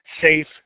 safe